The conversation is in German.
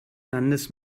landes